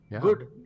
Good